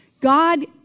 God